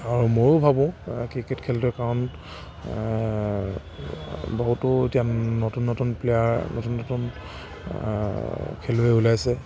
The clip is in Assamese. আৰু ময়ো ভাবোঁ ক্ৰিকেট খেলটোৱে কাৰণ বহুতো এতিয়া নতুন নতুন প্লেয়াৰ নতুন নতুন খেলুৱৈ ওলাইছে